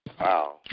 Wow